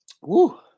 Woo